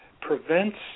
prevents